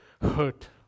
hurt